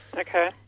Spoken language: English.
Okay